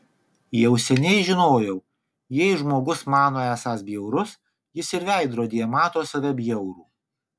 jau seniai žinojau jei žmogus mano esąs bjaurus jis ir veidrodyje mato save bjaurų